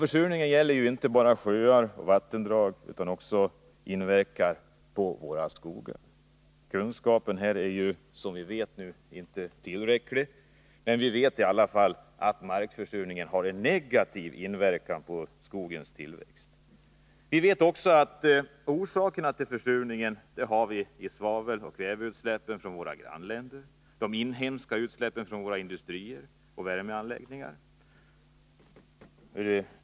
Försurningen berör inte bara sjöar och vattendrag utan påverkar också våra skogar. Kunskapen på detta område är, som vi vet, inte tillräcklig. Men vi vet i alla fall att markförsurningen har en negativ inverkan på skogens tillväxt. Vi vet också att orsakerna till försurningen ligger i svaveloch kväveutsläpp från våra grannländer, liksom i de inhemska utsläppen från industrier och värmeanläggningar.